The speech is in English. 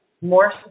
more